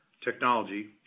technology